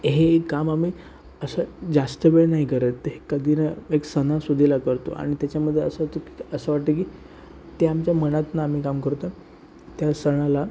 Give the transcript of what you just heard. हे काम आम्ही असं जास्त वेळ नाही करत हे कधी नं एक सणासुदीला करतो आणि त्याच्यामध्ये असं होते की असं वाटते की ते आमच्या मनातनं आम्ही काम करतो आहे त्या सणाला